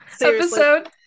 episode